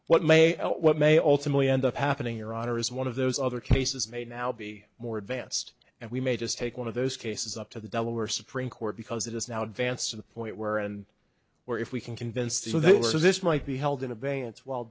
mayo what may ultimately end up happening your honor is one of those other cases may now be more advanced and we may just take one of those cases up to the delaware supreme court because it has now advanced to the point where and where if we can convince so this might be held in abeyance whil